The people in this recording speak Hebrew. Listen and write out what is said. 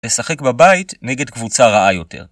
לשחק בבית נגד קבוצה רעה יותר